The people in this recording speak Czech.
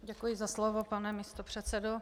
Děkuji za slovo, pane místopředsedo.